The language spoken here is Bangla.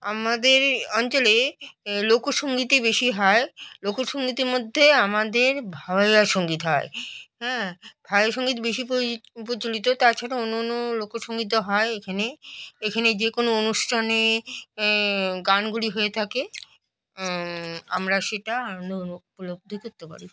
আমাদের অঞ্চলে লোকসঙ্গীতই বেশি হয় লোকসংঙ্গীতের মধ্যে আমাদের ভাওয়াইয়া সঙ্গীত হয় হ্যাঁ ভাওয়াইয়া সঙ্গীত বেশি পোই প্রচলিত তাছাড়া অন্য অন্য লোকসঙ্গীতও হয় এখানে এখানে যে কোনো অনুষ্ঠানে গানগুলি হয়ে থাকে আমরা সেটা আনন্দ উপলব্ধি করতে পারি